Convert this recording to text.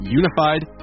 unified